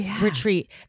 retreat